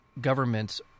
governments